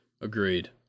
agreed